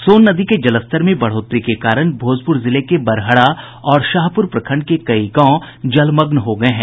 सोन नदी के जलस्तर में बढ़ोतरी के कारण भोजपुर जिले के बड़हरा और शाहपुर प्रखंड के कई गांव जलमग्न हो गये हैं